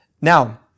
Now